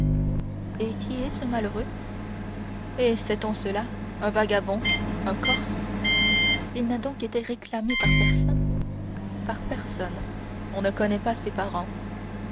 et qui est ce malheureux eh sait-on cela un vagabond un corse il n'a donc été réclamé par personne par personne on ne connaît pas ses parents